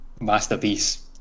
masterpiece